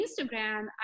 Instagram